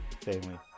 family